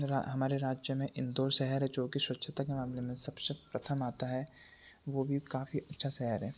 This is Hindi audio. हमारे राज्य में इंदौर शहर है जो कि स्वच्छता के मामले में सबसे प्रथम आता है वो भी काफ़ी अच्छा शहर है